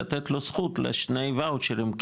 לתת לו זכות לשני ואוצ'רים,